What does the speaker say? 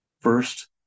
First